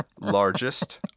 largest